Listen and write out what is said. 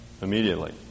immediately